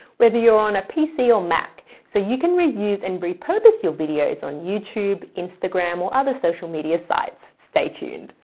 whether you're on a pc or mac so you can reuse and repurpose your videos on youtube, instagram, or other social media sites. stay tuned.